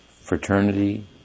fraternity